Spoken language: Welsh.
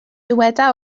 dyweda